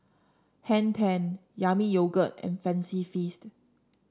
Hang Ten Yami Yogurt and Fancy Feast